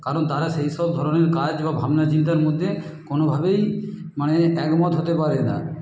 কারণ তারা সেই সব ধরনের কাজ বা ভাবনা চিন্তার মধ্যে কোনোভাবেই মানে একমত হতে পারে না